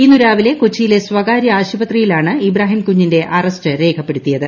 ഇന്നു രാവിലെ കൊച്ചിയിലെ സ്വകാര്യ ആശുപത്രിയിലാണ് ഇബ്രാഹിം കുഞ്ഞിന്റെ അറസ്റ്റ് രേഖപ്പെടുത്തിയത്